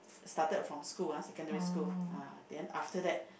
started from school ah secondary school ah then after that